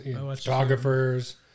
photographers